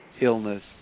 illness